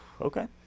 okay